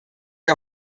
wir